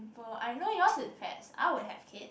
prefer I know yours is pets I would have kid